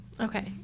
Okay